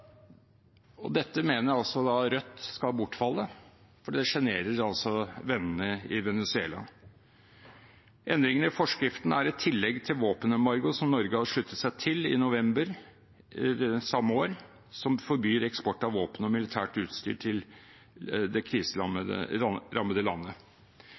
ulovlig. Dette mener Rødt skal bortfalle, for det sjenerer vennene i Venezuela. Endringene i forskriften er et tillegg til våpenembargoet som Norge sluttet seg til i november samme år, som forbyr eksport av våpen og militært utstyr til det kriserammede landet.